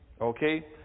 okay